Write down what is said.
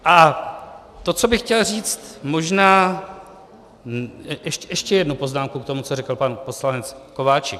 A to, co bych chtěl říct, možná ještě jednu poznámku k tomu, co řekl pan poslanec Kováčik.